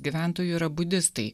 gyventojų yra budistai